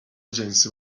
جنسی